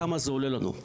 כמה זה עולה לנו?